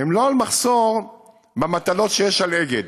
הן לא על מחסור במטלות שיש על אגד,